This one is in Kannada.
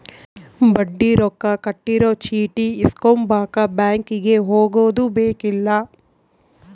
ಬಡ್ಡಿ ರೊಕ್ಕ ಕಟ್ಟಿರೊ ಚೀಟಿ ಇಸ್ಕೊಂಬಕ ಬ್ಯಾಂಕಿಗೆ ಹೊಗದುಬೆಕ್ಕಿಲ್ಲ